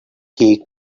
gay